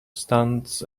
stands